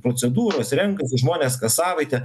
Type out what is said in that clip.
procedūros renkasi žmones kas savaitę